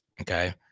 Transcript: Okay